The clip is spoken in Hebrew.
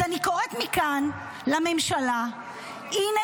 אז אני קוראת מכאן לממשלה: הינה,